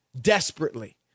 desperately